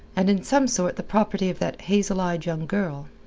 and in some sort the property of that hazel-eyed young girl.